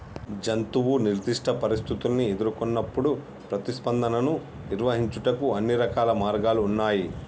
జంతువు నిర్దిష్ట పరిస్థితుల్ని ఎదురుకొన్నప్పుడు ప్రతిస్పందనను నిర్వహించుటకు అన్ని రకాల మార్గాలు ఉన్నాయి